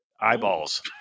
eyeballs